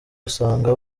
usanga